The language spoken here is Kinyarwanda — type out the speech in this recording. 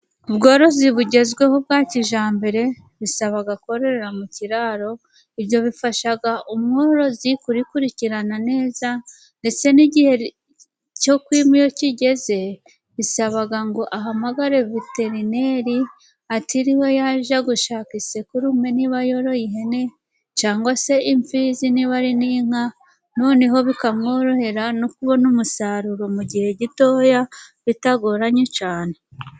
Ubworozi bugezweho bwa kijyambere， bisaba kororera mu kiraro， ibyo bifasha umworozi kurikurikirana neza， ndetse n'igihe cyo kwima iyo kigeze， bisaba ngo ahamagare viterineri， atiriwe yajya gushaka isekurume，niba yoroye ihene cg se imfizi，niba ari n'inka，noneho bikamworohera no kubona umusaruro mu gihe gitoya bitagoranye cyane.